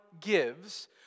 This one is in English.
gives